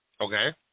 okay